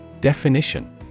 Definition